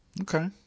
Okay